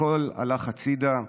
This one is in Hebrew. הכול הלך הצידה,